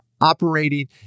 operating